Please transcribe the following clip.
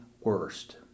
worst